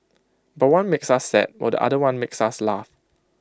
but one makes us sad while the other one makes us laugh